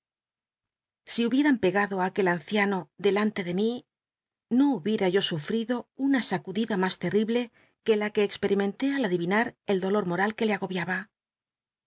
si hubieran pegado á aquel anciano delanle de mi no hubiera yo sufrido una sacudida mas tcrtible que la que experimenté al adivinar el dolor moral que le agobiaba